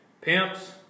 Pimps